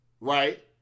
right